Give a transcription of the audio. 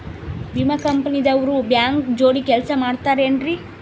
ವಿಮಾ ಕಂಪನಿ ದವ್ರು ಬ್ಯಾಂಕ ಜೋಡಿ ಕೆಲ್ಸ ಮಾಡತಾರೆನ್ರಿ?